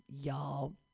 y'all